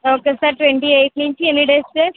okay sir twenty eighth నుంచి ఎన్ని days sir